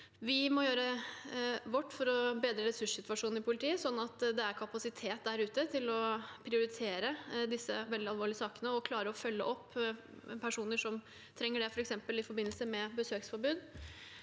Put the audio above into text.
Vi må gjøre vårt for å bedre ressurssituasjonen i politiet, sånn at det er kapasitet der ute til å prioritere disse veldig alvorlige sakene og til å klare å følge opp personer som trenger det, f.eks. i forbindelse med besøksforbud.